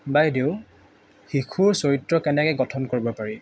বাইদেউ শিশুৰ চৰিত্ৰ কেনেকৈ গঠন কৰিব পাৰি